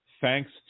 thanks